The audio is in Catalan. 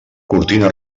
cortina